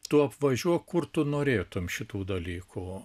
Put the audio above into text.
tu apvažiuok kur tu norėtum šitų dalykų